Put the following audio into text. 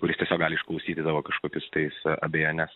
kuris tiesiog išklausydavo kažkokius taiso abejones